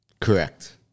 Correct